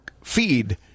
feed